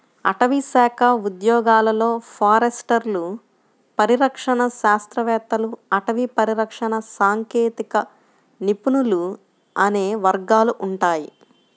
అటవీశాఖ ఉద్యోగాలలో ఫారెస్టర్లు, పరిరక్షణ శాస్త్రవేత్తలు, అటవీ పరిరక్షణ సాంకేతిక నిపుణులు అనే వర్గాలు ఉంటాయి